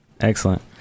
Excellent